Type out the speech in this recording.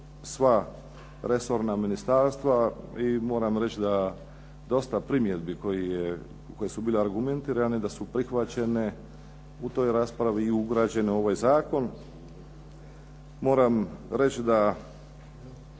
sva resorna ministarstva, i moram reći da dosta primjedbi koje su bile argumentirane da su prihvaćene u toj raspravi i ugrađene u ovaj zakon. Moram reći da